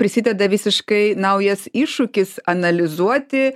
prisideda visiškai naujas iššūkis analizuoti